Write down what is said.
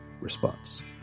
response